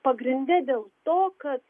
pagrinde dėl to kad